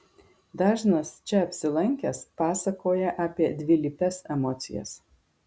dažnas čia apsilankęs pasakoja apie dvilypes emocijas